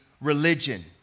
religion